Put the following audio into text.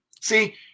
See